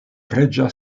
reĝa